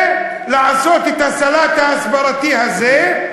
ולעשות את הסלט ההסברתי הזה,